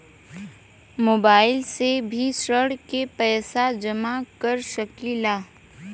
Mobile से भी ऋण के पैसा जमा कर सकी ला?